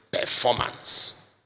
performance